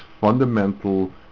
fundamental